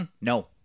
No